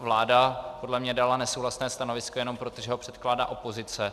Vláda podle mě dala nesouhlasné stanovisko jenom proto, že ho předkládá opozice.